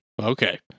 Okay